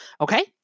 Okay